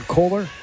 Kohler